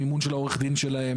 המימון של עורך הדין שלהם,